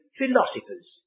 philosophers